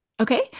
Okay